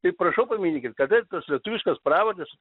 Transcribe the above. tai prašau paminėkit kada tos lietuviškos pravardės